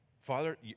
Father